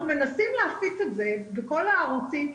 אנחנו מנסים להפיץ את זה בכל הערוצים,